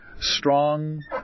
strong